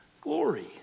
glory